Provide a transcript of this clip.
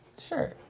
Sure